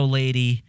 lady